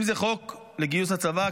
אם זה חוק לגיוס לצבא,